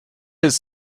his